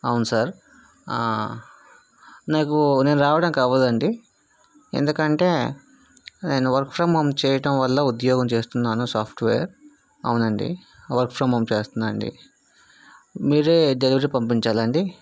అవును సార్ నాకు నేను రావడానికి అవ్వదు అండి ఎందుకంటే నేను వర్క్ ఫ్రం హోం చేయటం వల్ల ఉద్యోగం చేస్తున్నాను సాఫ్ట్వేర్ అవునండి వర్క్ ఫ్రం హోం చేస్తున్నాను అండి మీరే డెలివరీ పంపించాలి అండి